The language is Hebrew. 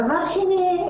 דבר שני,